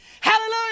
Hallelujah